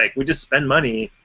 like we just spend money.